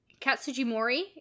Katsujimori